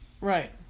right